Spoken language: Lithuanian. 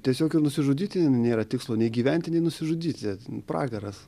tiesiog ir nusižudyti nėra tikslo nei gyventi nei nusižudyti pragaras